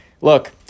look